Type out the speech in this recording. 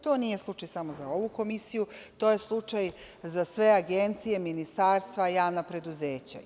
To nije slučaj samo za ovu komisiju, to je slučaj za sve agencije, ministarstva i javna preduzeća.